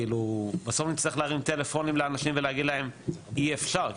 בסוף נצטרך להרים טלפונים לאנשים ולהגיד להם אי אפשר,